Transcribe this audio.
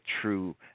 true